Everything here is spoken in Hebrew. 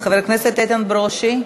חבר הכנסת איתן ברושי.